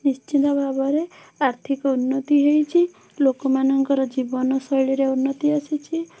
ନିଶ୍ଚିନ୍ତ ଭାବରେ ଆର୍ଥିକ ଉନ୍ନତି ହେଇଛି ଲୋକମାନଙ୍କର ଜୀବନ ଶୈଳୀର ଉନ୍ନତି ଆସିଛି